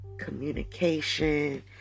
Communication